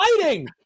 fighting